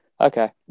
okay